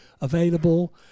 available